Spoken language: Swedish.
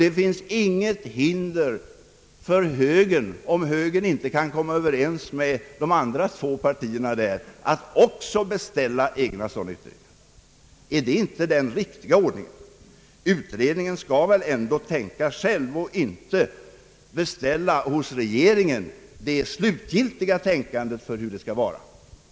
Det finns inget hinder för högern, om högern inte kan komma överens med de andra partierna, att beställa sådana utredningar. Är inte detta den riktiga ordningen? Utredningen skall väl tänka själv och inte beställa hos regeringen det slutgiltiga tänkandet om hur det skall vara.